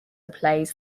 plays